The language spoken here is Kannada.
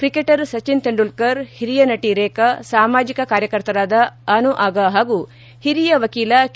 ಕ್ರಿಕೆಟರ್ ಸಚ್ಟಿನ್ ತೆಂಡೂಲ್ಕರ್ ಹಿರಿಯ ನಟಿ ರೇಬಾ ಸಾಮಾಜಿಕ ಕಾರ್ಯಕರ್ತರಾದ ಅನುಆಗಾ ಹಾಗೂ ಹಿರಿಯ ವಕೀಲ ಕೆ